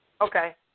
okay